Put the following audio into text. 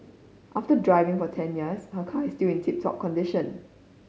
after driving for ten years her car is still in tip top condition